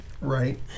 Right